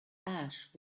ash